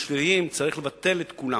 צריך לבטל את כולם,